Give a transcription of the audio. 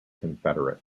confederate